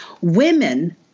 Women